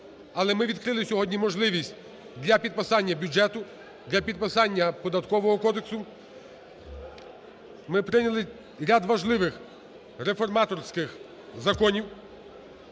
але ми відкрили сьогодні можливість для підписання бюджету, для підписання Податкового кодексу, ми прийняли ряд важливих реформаторських законів.